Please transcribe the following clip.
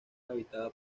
habitada